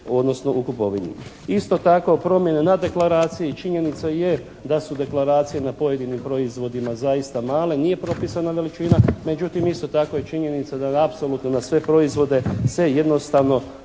Isto tako promjene na deklaraciji. Činjenica je da su deklaracije na pojedinim proizvodima zaista male, nije propisana veličina. Međutim isto tako je činjenica da apsolutno na sve proizvode se jednostavno deklaracija